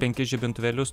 penkis žibintuvėlius